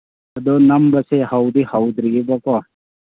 ꯑꯗꯨ ꯅꯝꯕꯁꯦ ꯍꯧꯗꯤ ꯍꯧꯗ꯭ꯔꯤꯌꯦꯕꯀꯣ